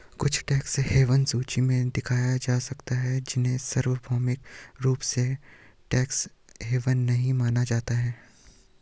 कुछ tax haven सूचियों में दिखाया जा सकता है, उन्हें सार्वभौमिक रूप से टैक्स हेवन नहीं माना जाता है